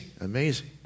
amazing